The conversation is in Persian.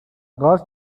گاز